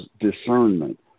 discernment